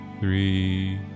three